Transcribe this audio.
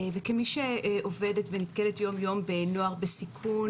וכמי שעובדת ונתקבלת יום-יום בנוער בסיכון,